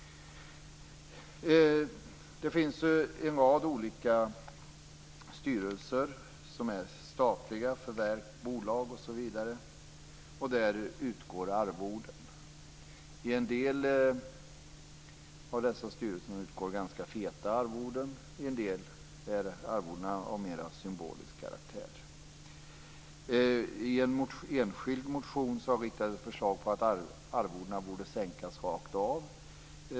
Det finns en rad olika styrelser för statliga verk, bolag osv. där det utbetalas arvoden. I en del av dessa styrelser utgår ganska feta arvoden, och i en del är arvodena av mera symbolisk karaktär. I en enskild motion framförs förslag om att arvodena borde sänkas rakt av.